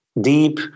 deep